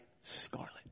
scarlet